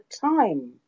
time